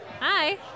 Hi